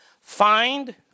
find